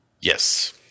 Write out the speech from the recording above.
Yes